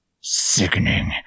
Sickening